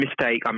mistake